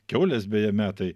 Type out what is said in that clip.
kiaulės beje metai